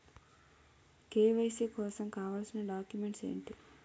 KYC కోసం కావాల్సిన documents ఎంటి?